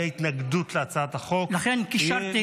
התנגדות להצעת החוק --- לכן קישרתי,